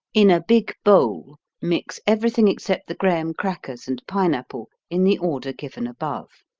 in a big bowl mix everything except the graham crackers and pineapple in the order given above.